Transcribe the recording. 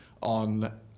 on